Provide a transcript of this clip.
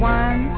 one